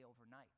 overnight